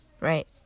Right